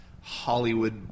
Hollywood